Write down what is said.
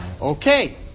okay